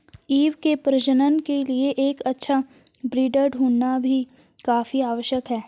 ewe के प्रजनन के लिए एक अच्छा ब्रीडर ढूंढ़ना भी काफी आवश्यक है